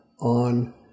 on